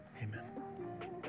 amen